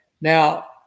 Now